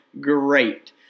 great